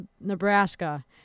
Nebraska